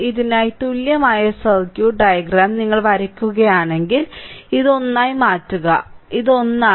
ഇതിനായി തുല്യമായ circuit diagram നിങ്ങൾ വരയ്ക്കുകയാണെങ്കിൽ ഇത് ഒന്നായി മാറ്റുക ഇത് ഒന്നാണ്